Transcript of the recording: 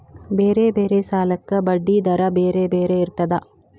ಬೇರೆ ಬೇರೆ ಸಾಲಕ್ಕ ಬಡ್ಡಿ ದರಾ ಬೇರೆ ಬೇರೆ ಇರ್ತದಾ?